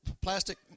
plastic